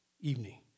evening